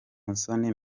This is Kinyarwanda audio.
musoni